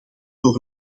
door